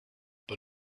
but